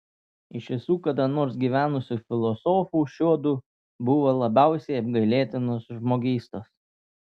iš visų kada nors gyvenusių filosofų šiuodu buvo labiausiai apgailėtinos žmogystos